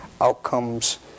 outcomes